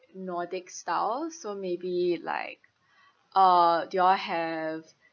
nordic style so maybe like uh do y'all have